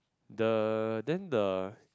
the then the